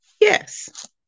Yes